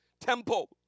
temple